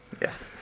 Yes